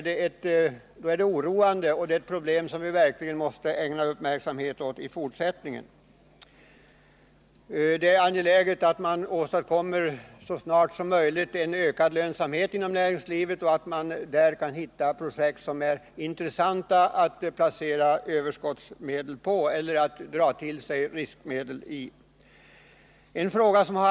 Det är angeläget att så snart som möjligt åstadkomma en ökad lönsamhet inom näringslivet och att man där kan hitta projekt som är intressanta att placera de likvida medlen i eller att dra till sig riskkapital från hushållen.